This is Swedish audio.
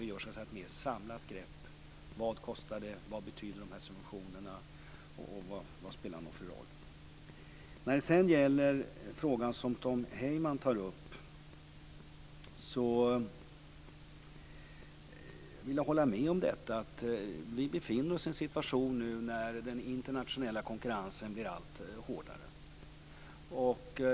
Vi skall ta ett mer samlat grepp i fråga om vad det kostar, vad subventionerna betyder och vilken roll de spelar. Vad gäller den fråga som Tom Heyman tar upp vill jag hålla med om att vi befinner oss i en situation när den internationella konkurrensen blir allt hårdare.